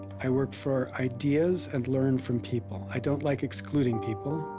i work for ideas and learn from people. i don't like excluding people.